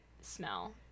smell